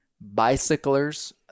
bicyclers